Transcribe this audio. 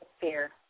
fear